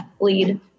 lead